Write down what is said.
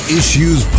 Issues